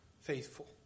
faithful